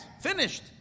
Finished